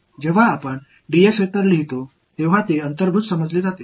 எனவே நாம் ds vector எழுதும்போது அது மறைமுகமாக புரிந்து கொள்ளப்படுகிறது